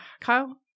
Kyle